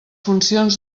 funcions